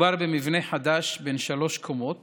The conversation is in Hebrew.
מדובר במבנה חדש בן שלוש קומות